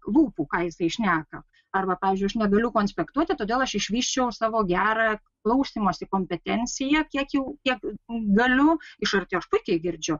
lūpų ką jisai šneka arba pavyzdžiui aš negaliu konspektuoti todėl aš išvysčiau savo gerą klausymosi kompetenciją kiek jau kiek galiu iš arti aš puikiai girdžiu